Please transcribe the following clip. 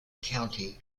county